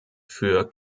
für